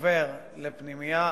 עובר לפנימייה,